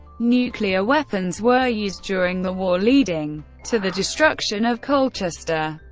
nuclear weapons were used during the war, leading to the destruction of colchester.